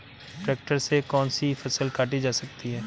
Tractor से कौन सी फसल काटी जा सकती हैं?